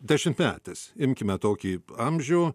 dešimtmetis imkime tokį amžių